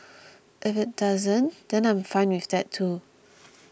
if it doesn't then I'm fine with that too